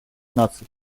наций